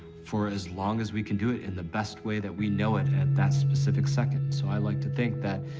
for as long as we can do it, in the best way that we know it at that specific second. i like to think that,